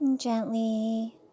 Gently